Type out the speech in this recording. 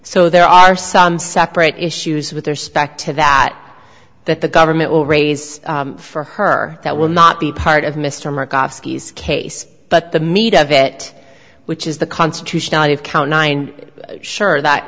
so there are some separate issues with their suspect that that the government will raise for her that will not be part of mr makovsky case but the meat of it which is the constitutionality of count nine sure that